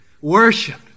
Worship